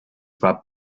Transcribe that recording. zwar